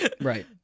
right